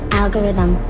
algorithm